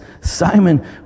Simon